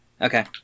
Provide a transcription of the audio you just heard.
Okay